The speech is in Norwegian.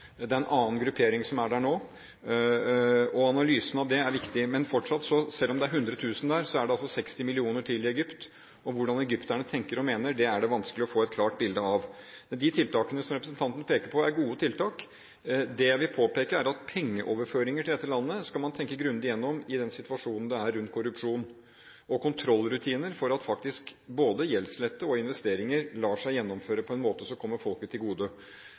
en annen gruppering som er der nå, og analysen av det er viktig. Selv om det er 100 000 der, er det altså 60 millioner innbyggere til i Egypt, og hvordan Egypterne tenker og mener, er det vanskelig å få et klart bilde av. De tiltakene som representanten peker på, er gode tiltak. Det jeg vil påpeke, er at pengeoverføringer til dette landet skal man tenke grundig gjennom i den situasjonen som er rundt korrupsjon og kontrollrutiner, for at både gjeldslette og investeringer kan la seg gjennomføre på en måte som faktisk kommer folket til gode.